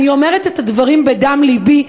אני אומרת את הדברים בדם לבי,